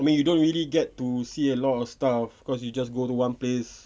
for me you don't really get to see a lot of stuff of course you just go to one place